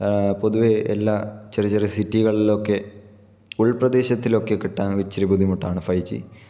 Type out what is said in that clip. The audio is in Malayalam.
പൊതുവേ എല്ലാ ചെറിയ ചെറിയ സിറ്റികളിലൊക്കെ ഉൾപ്രദേശത്തിലൊക്കെ കിട്ടാൻ ഇച്ചിരെ ബുദ്ധിമുട്ടാണ് ഫൈവ് ജി